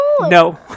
No